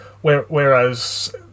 Whereas